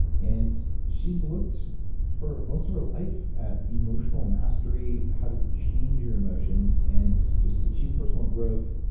and she's looked for most of your life at emotional mastery, how to change your emotions and just to achieve personal growth,